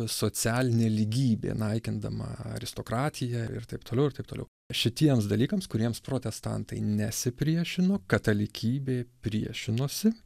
socialinė lygybė naikindama aristokratiją ir taip toliau ir taip toliau šitiems dalykams kuriems protestantai nesipriešino katalikybė priešinosi